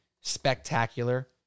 spectacular